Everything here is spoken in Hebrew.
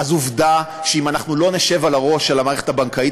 אז עובדה שאם אנחנו לא נשב על הראש של המערכת הבנקאית,